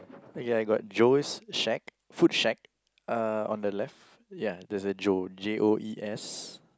ya I got Joe's shack food shack uh on the left ya there's a joe J_O_E_S